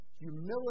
Humility